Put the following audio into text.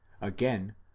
again